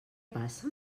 passa